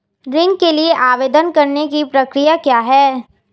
ऋण के लिए आवेदन करने की प्रक्रिया क्या है?